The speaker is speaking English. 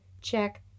Check